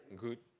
in good